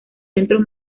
centros